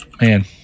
Man